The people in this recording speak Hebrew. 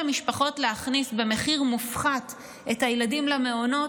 משפחות להכניס במחיר מופחת את הילדים למעונות.